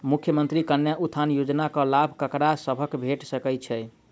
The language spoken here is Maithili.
मुख्यमंत्री कन्या उत्थान योजना कऽ लाभ ककरा सभक भेट सकय छई?